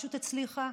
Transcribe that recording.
הרשות הצליחה.